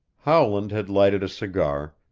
howland had lighted a cigar,